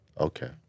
Okay